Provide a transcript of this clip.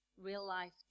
real-life